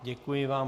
Děkuji vám.